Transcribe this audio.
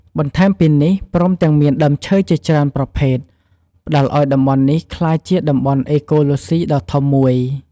បន្ថែមពីនេះ ព្រមទាំងមានដើមឈើជាច្រើនប្រភេទ ផ្តល់ឲ្យតំបន់នេះក្លាយជា តំបន់អេកូឡូស៊ីដ៏ធំមួយ។